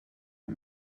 one